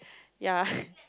ya